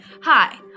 Hi